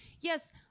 yes